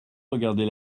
regarder